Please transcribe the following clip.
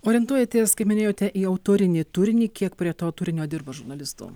orientuojatės kaip minėjote jau turinį turinį kiek prie to turinio dirba žurnalistu